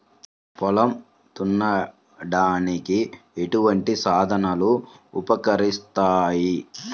పొలం దున్నడానికి ఎటువంటి సాధనాలు ఉపకరిస్తాయి?